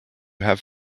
have